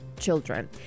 children